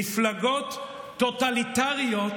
מפלגות טוטליטריות